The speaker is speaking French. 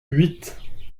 huit